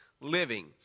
living